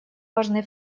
важный